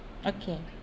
okay